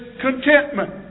contentment